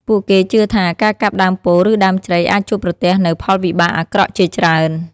ពួកគេជឿថា ការកាប់ដើមពោធិ៍ឬដើមជ្រៃអាចជួបប្រទះនូវផលវិបាកអាក្រក់ជាច្រើន។